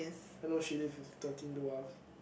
hello she live with thirteen dwarf